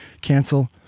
cancel